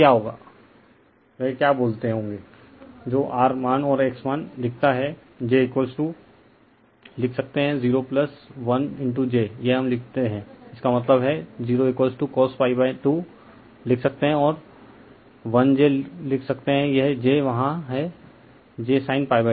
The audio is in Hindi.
तो क्या होगा वह क्या बोलते होगा जो R मान और X मान दिखता है j लिख सकते है 0 1 j यह हम लिखते हैं इसका मतलब है 0 cosπ2 लिख सकते है और 1 j लिख सकते है यह j वहाँ है jsin π2